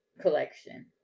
collection